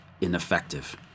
ineffective